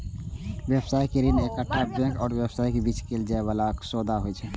व्यावसायिक ऋण एकटा बैंक आ व्यवसायक बीच कैल जाइ बला सौदा होइ छै